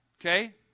Okay